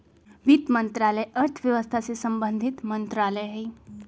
वित्त मंत्रालय अर्थव्यवस्था से संबंधित मंत्रालय हइ